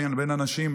בין אנשים,